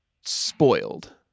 spoiled